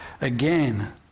again